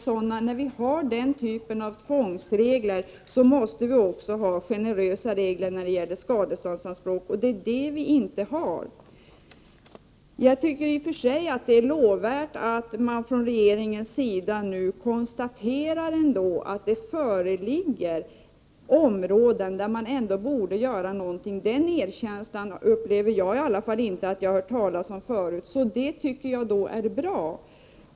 Med den typ av tvångsregler vi har måste vi också ha generösa regler när det gäller skadeståndsanspråk, och det har vi inte. Det är i och för sig lovvärt att regeringen ändå konstaterar att det föreligger områden där man borde göra någonting. Den erkänslan har jag då inte hört talas om förr, så det är bra.